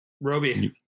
Roby